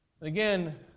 Again